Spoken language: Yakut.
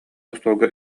остуолга